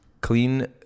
Clean